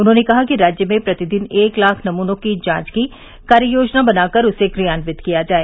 उन्होंने कहा कि राज्य में प्रतिदिन एक लाख नमूनों की जांच की कार्ययोजना बनाकर उसे क्रियान्वित किया जाए